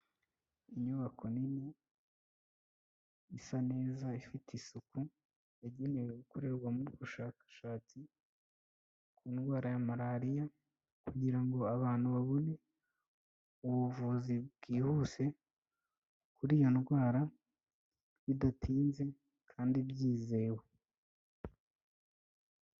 Inyubako nini isa neza ifite isuku yagenewe gukorerwa mu ubushakashatsi ku ndwara ya malariya, kugira ngo abantu babone ubuvuzi bwihuse kuri iyo ndwara, bidatinze kandi byizewe.